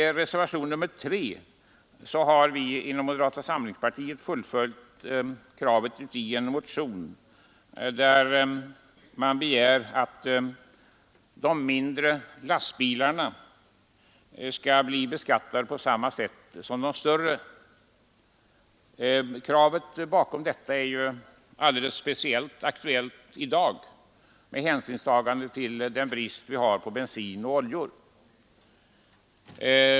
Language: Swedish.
I reservationen 3 har vi inom moderata samlingspartiet följt upp en motion, där man kräver att de mindre lastbilarna skall bli beskattade på samma sätt som de större. Motivet till detta är ju speciellt aktuellt i dag med hänsyn till bristen på bensin och oljor.